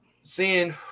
seeing